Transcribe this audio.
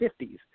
50s